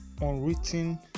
unwritten